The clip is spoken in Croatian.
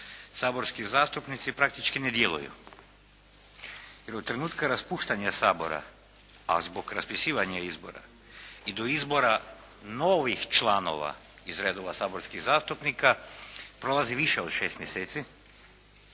saborski zastupnici praktički ne djeluju. Jer od trenutka raspuštanja Sabora, a zbog raspisivanja izbora i do izbora novih članova iz redova saborskih zastupnika prolazi više od 6 mjeseci